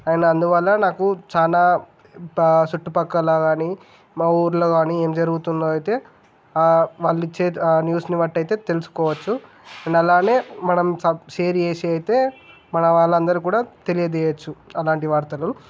అయినా అందువల్ల నాకు చాలా చుట్టు ప్రక్కల కానీ మా ఊళ్ళో కానీ ఏం జరుగుతుందో అయితే ఆ వాళ్ళు ఇచ్చే న్యూస్ని బట్టి అయితే తెలుసుకోవచ్చు అండ్ అలానే మనం సబ్ షేర్ చేసేవి అయితే మన వాళ్ళందరు కూడా తెలియజేయవచ్చు అలాంటి వార్తలు